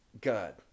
God